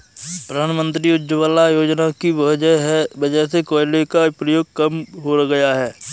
प्रधानमंत्री उज्ज्वला योजना की वजह से कोयले का प्रयोग कम हो गया है